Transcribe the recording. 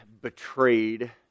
betrayed